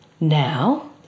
Now